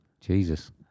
jesus